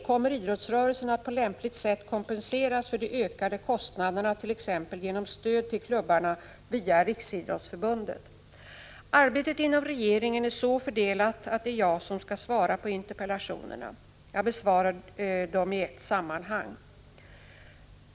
Kommer idrottsrörelsen att på lämpligt sätt kompenseras för de ökade kostnaderna, t.ex. genom stöd till klubbarna via Riksidrottsförbundet? Arbetet inom regeringen är så fördelat att det är jag som skall svara på interpellationerna. Jag besvarar dem i ett sammanhang.